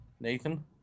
Nathan